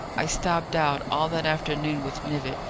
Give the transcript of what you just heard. i stopped out all that afternoon with knivett,